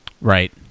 Right